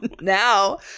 now